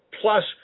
plus